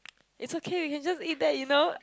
is okay we can just eat that you know